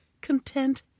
content